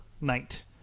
night